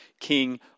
king